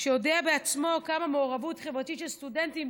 שיודע בעצמו כמה מעורבות חברתית של סטודנטים